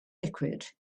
liquid